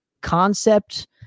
concept